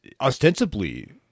ostensibly